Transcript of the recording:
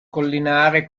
collinare